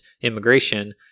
immigration